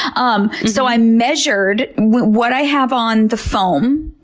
um so i measured what i have on the foam.